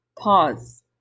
pause